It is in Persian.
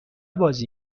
بازی